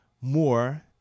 more